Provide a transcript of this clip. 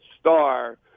star